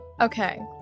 Okay